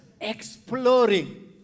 exploring